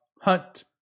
hunt